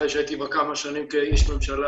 אחרי שהייתי בה כמה שנים כאיש ממשלה,